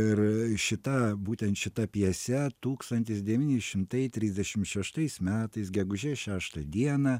ir šita būtent šita pjese tūkstantis devyni šimtai trisdešim šeštais metais gegužės šeštą dieną